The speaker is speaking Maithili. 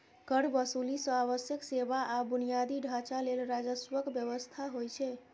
कर वसूली सं आवश्यक सेवा आ बुनियादी ढांचा लेल राजस्वक व्यवस्था होइ छै